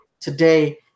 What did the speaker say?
today